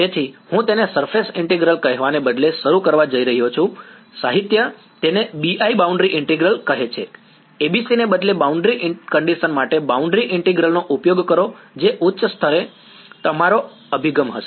તેથી હું તેને સરફેસ ઈન્ટિગ્રલ કહેવાને બદલે શરૂ કરવા જઈ રહ્યો છું સાહિત્ય તેને BI બાઉન્ડ્રી ઈન્ટિગ્રલ કહે છે ABC ને બદલે બાઉન્ડ્રી કન્ડીશન માટે બાઉન્ડ્રી ઈન્ટિગ્રલ નો ઉપયોગ કરો જે ઉચ્ચ સ્તરે અમારો અભિગમ હશે